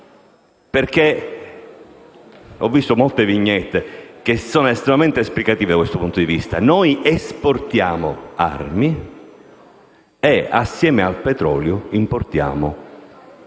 d'armi. Ho visto molte vignette che sono estremamente esplicative da questo punto di vista: noi esportiamo armi e, assieme al petrolio, importiamo